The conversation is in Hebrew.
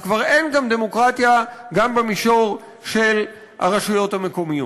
אז כבר אין דמוקרטיה גם במישור של הרשויות המקומיות.